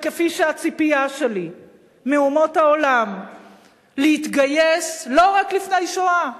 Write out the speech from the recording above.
וכפי שהציפייה שלי מאומות העולם להתגייס לא רק לפני שואה,